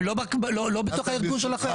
הם לא בתוך הארגון שלכם.